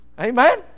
Amen